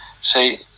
See